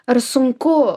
ar sunku